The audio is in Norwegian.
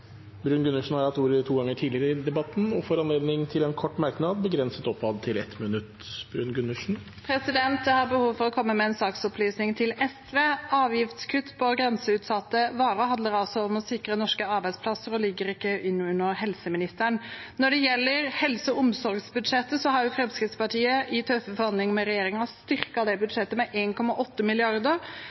Bruun-Gundersen har hatt ordet to ganger tidligere i debatten og får ordet til en kort merknad, begrenset til 1 minutt. Jeg har behov for å komme med en saksopplysning til SV. Avgiftskutt på grenseutsatte varer handler om å sikre norske arbeidsplasser og ligger ikke under helseministeren. Når det gjelder helse- og omsorgsbudsjettet, har Fremskrittspartiet i tøffe forhandlinger med regjeringen styrket budsjettet med